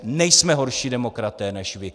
Nejsme horší demokraté než vy.